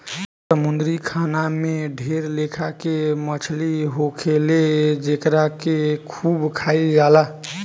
समुंद्री खाना में ढेर लेखा के मछली होखेले जेकरा के खूब खाइल जाला